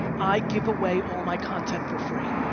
i give away all my content for free.